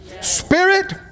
Spirit